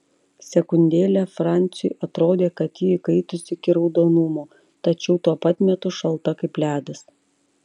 sekundėlę franciui atrodė kad ji įkaitusi iki raudonumo tačiau tuo pat metu šalta kaip ledas